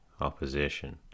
opposition